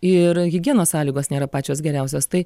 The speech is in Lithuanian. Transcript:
ir higienos sąlygos nėra pačios geriausios tai